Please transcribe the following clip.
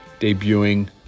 debuting